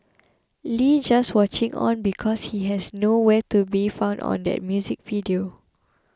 Lee just watching on because he has no where to be found on that music video